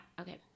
okay